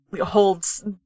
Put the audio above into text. Holds